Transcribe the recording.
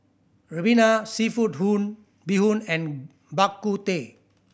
ribena seafood hoon bee hoon and Bak Kut Teh